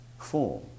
form